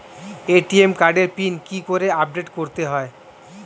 ATM কার্ডের PIN কি করে আপডেট করতে হয়?